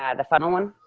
and the funnel one?